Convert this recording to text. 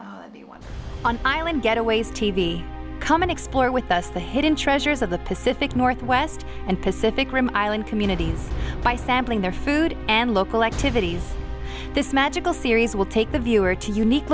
work on getaways t v come and explore with us the hidden treasures of the pacific northwest and pacific island communities by sampling their food and local activities this magical series will take the viewer to unique